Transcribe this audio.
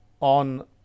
on